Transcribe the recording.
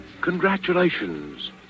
congratulations